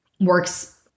works